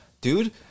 Dude